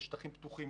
לשטחים פתוחים,